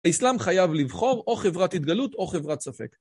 האסלאם חייב לבחור או חברת התגלות או חברת ספק.